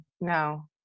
no